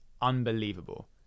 Unbelievable